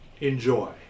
enjoy